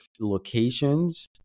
locations